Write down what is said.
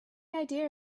idea